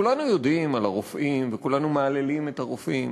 כולנו יודעים על הרופאים וכולנו מהללים את הרופאים,